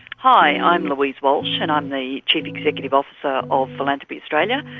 hi, i'm louise walsh and i'm the chief executive officer of philanthropy australia.